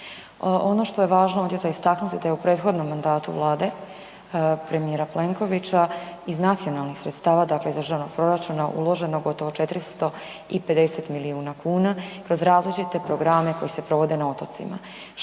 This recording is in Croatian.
Ono što je važno ovdje za istaknuti da je u prethodnom mandatu Vlade premijera Plenkovića iz nacionalnih sredstava dakle iz državnog proračuna uloženo gotovo 450 milijuna kuna kroz različite programe koji se provode na otocima,